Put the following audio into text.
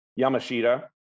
Yamashita